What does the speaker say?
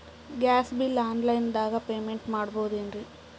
Gas bill online ದಾಗ payment ಮಾಡಬೋದೇನ್ರಿ?